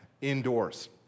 indoors